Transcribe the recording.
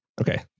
okay